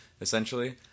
essentially